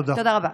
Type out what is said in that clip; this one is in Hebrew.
תודה רבה.